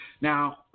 Now